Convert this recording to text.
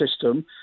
system